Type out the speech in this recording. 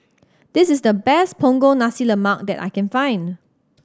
this is the best Punggol Nasi Lemak that I can find